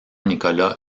nicolas